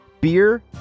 beer